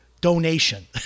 donation